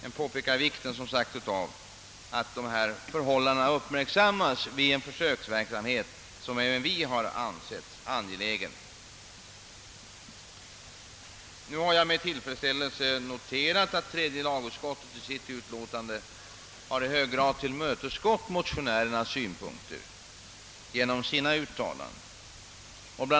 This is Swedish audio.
Jag vill som sagt påpeka vikten av att dessa förhållanden uppmärksammas vid en försöksverksamhet som även vi har ansett angelägen. Jag har med tillfredsställelse noterat att tredje lagutskottet i sitt utlåtande i hög grad har tillmötesgått motionärernas synpunkter genom sina uttalanden. Bl.